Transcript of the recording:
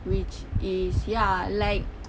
which is ya like